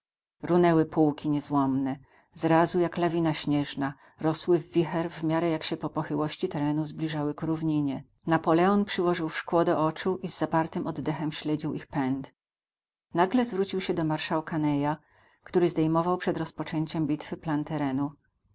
runęły pułki niezłomne zrazu jak lawina śnieżna rosły w wicher w miarę jak się po pochyłości terenu zbliżały ku równinie napoleon przyłożył szkło do oczu i z zapartym oddechem śledził ich pęd nagle zwrócił się do marszałka neya który zdejmował przed rozpoczęciem bitwy plan terenu